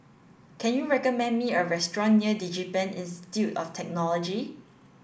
can you recommend me a restaurant near DigiPen Institute of Technology